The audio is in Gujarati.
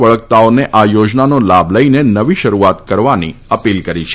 વળગતાઓને આ યોજનાનો લાભ લઈને નવી શરૂઆત કરવાની અપીલ કરી છે